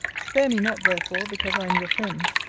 spare me not therefore because i am your friend.